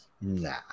Nah